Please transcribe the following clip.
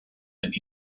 and